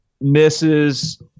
misses